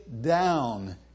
down